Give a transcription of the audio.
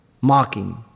Mocking